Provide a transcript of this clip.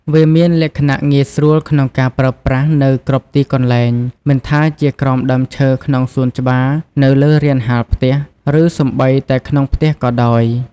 វាមានលក្ខណៈងាយស្រួលក្នុងការប្រើប្រាស់នៅគ្រប់ទីកន្លែង មិនថាជាក្រោមដើមឈើក្នុងសួនច្បារ នៅលើរានហាលផ្ទះ ឬសូម្បីតែក្នុងផ្ទះក៏ដោយ។